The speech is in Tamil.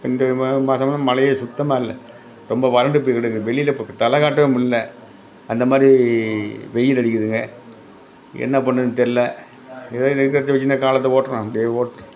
இந்த மாதம்லாம் மழையே சுத்தமாக இல்லை ரொம்ப வறண்டு போய் கிடைக்குது வெளியில இப்போ தலைக்காட்டவே முல்ல அந்த மாதிரி வெயில் அடிக்கிதுங்க என்ன பண்ணுறதுன்னு தெரில எதோ இருக்குறதை வச்சின்னு நான் காலத்தில் ஓட்டுறேன் இப்படியே ஓட்